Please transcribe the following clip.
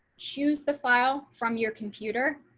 choose the file from your computer.